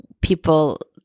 people